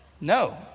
No